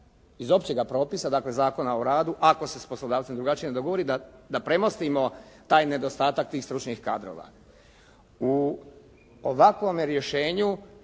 iz općega propisa, dakle Zakona o radu, ako se s poslodavcem drugačije ne dogovori, da premostimo taj nedostatak tih stručnih kadrova. U ovakvome rješenju